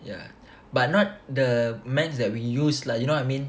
ya but not the maths that we use like you know what I mean